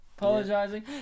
Apologizing